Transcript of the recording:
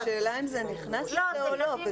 זהו, השאלה אם זה נכנס או לא.